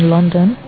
London